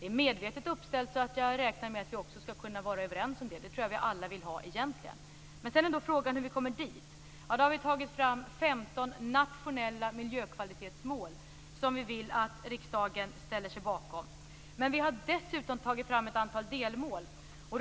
Det är medvetet uppställt; jag räknar med att vi skall kunna vara överens om detta. Egentligen vill vi nog alla det. Men sedan är frågan hur vi kommer dit. Vi har tagit fram 15 nationella miljökvalitetsmål som vi vill att riksdagen ställer sig bakom. Dessutom har vi tagit fram ett antal delmål.